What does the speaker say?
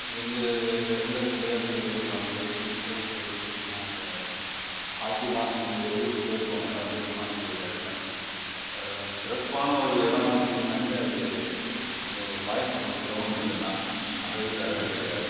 எங்கள் இடத்துல விளையாட்டு வீரர்களுக்கான பயிற்சி சிறப்பு பயிற்சி அப்படின்னா அது ஹாக்கி தான் எங்கள் ஊருக்கு பேர் போன இடம் வந்து ஹாக்கி விளையாட்டில் சிறப்பான ஒரு இடம் அப்படினாக்க அது எங்கள் பாய்ஸ் ஸ்கூல் கிரௌண்ட் மட்டும் தான் அதர்வைஸ் வேறெதுவும் கிடையாது